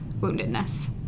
woundedness